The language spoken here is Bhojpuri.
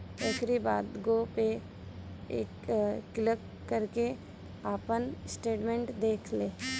एकरी बाद गो पे क्लिक करके आपन स्टेटमेंट देख लें